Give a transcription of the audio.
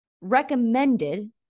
recommended